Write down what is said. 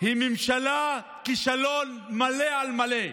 היא ממשלת כישלון מלא על מלא.